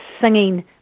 singing